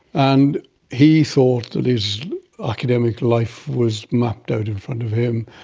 and he thought that his academic life was mapped out in front of him,